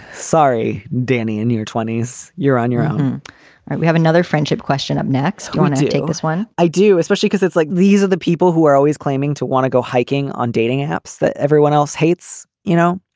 sorry, danny, in your twenty s, you're on your own we have another friendship question up next. you want to to take this one? i do, especially cause it's like these are the people who are always claiming to want to go hiking on dating apps that everyone else hates. you know,